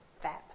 fab